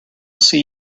see